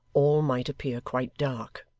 all might appear quite dark.